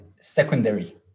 secondary